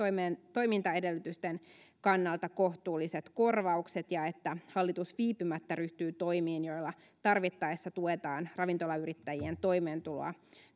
toimintaedellytysten kannalta kohtuulliset korvaukset ja että hallitus viipymättä ryhtyy toimiin joilla tarvittaessa tuetaan ravintolayrittäjien toimeentuloa